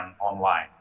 online